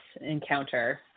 encounter